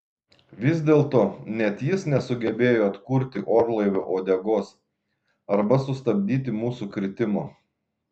vis dėlto net jis nesugebėjo atkurti orlaivio uodegos arba sustabdyti mūsų kritimo